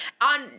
On